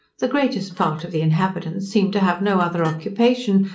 the greatest part of the inhabitants seem to have no other occupation,